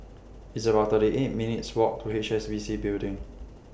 It's about thirty eight minutes' Walk to H S B C Building